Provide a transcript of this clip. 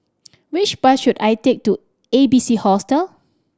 which bus should I take to A B C Hostel